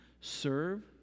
serve